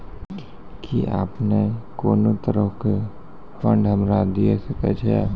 कि अपने कोनो तरहो के फंड हमरा दिये सकै छिये?